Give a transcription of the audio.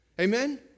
Amen